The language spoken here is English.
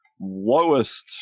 lowest